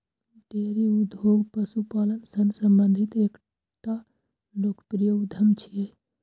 dairy उद्योग पशुपालन सं संबंधित एकटा लोकप्रिय उद्यम छियै